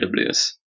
AWS